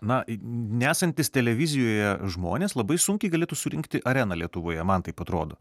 na nesantys televizijoje žmonės labai sunkiai galėtų surinkti areną lietuvoje man taip atrodo